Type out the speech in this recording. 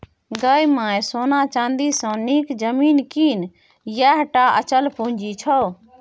गै माय सोना चानी सँ नीक जमीन कीन यैह टा अचल पूंजी छौ